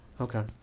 Okay